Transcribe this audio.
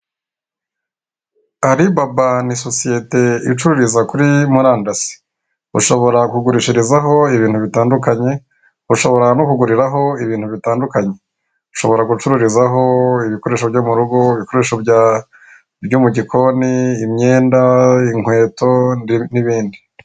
Aribaba ni sosiyete icururiza kuri murandasi, ushobora kugurishirizaho ibintu bitandukanye, ushobora no kuguriraho ibintu bitandukanye, ushobora gucururizaho ibikoresho byo mu rugo, ibikoresho byo mu gikoni imyenda inkweto n'ibindi.